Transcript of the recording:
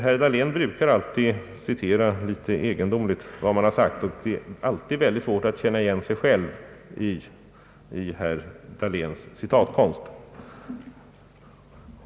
Herr Dahlén brukar citera litet egendomligt, och det är alltid svårt att känna igen sina egna uttalanden i herr Dahléns citatkonst.